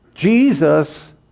Jesus